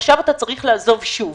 ועכשיו אתה צריך לעזוב שוב